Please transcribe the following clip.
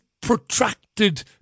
protracted